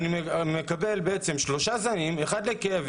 אני מקבל שלושה זנים: אחד לכאב,